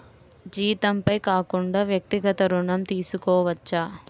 జీతంపై కాకుండా వ్యక్తిగత ఋణం తీసుకోవచ్చా?